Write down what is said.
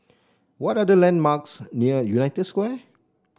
what are the landmarks near United Square